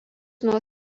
nuo